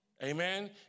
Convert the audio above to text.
Amen